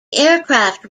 aircraft